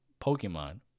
Pokemon